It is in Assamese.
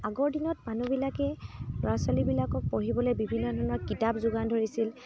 আগৰ দিনত মানুহবিলাকে ল'ৰা ছোৱালীবিলাকক পঢ়িবলৈ বিভিন্ন ধৰণৰ কিতাপ যোগান ধৰিছিল